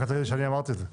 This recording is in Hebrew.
אל תגידי שאמרתי את זה.